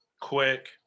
quick